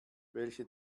welche